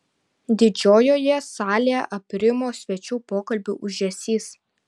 didžiojoje salėje aprimo svečių pokalbių ūžesys